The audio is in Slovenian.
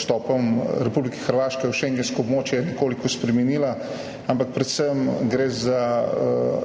vstopom Republike Hrvaške v šengensko območje nekoliko spremenila, ampak gre predvsem za